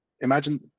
imagine